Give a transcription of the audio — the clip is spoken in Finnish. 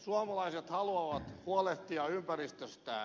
suomalaiset haluavat huolehtia ympäristöstään